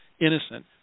innocent